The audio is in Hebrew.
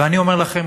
ואני אומר לכם,